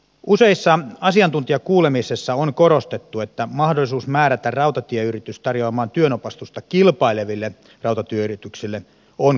useissa asiantuntijakuulemisissa on korostettu että mahdollisuus määrätä rautatieyritys tarjoamaan työnopastusta kilpaileville rautatieyrityksille on kohtuuton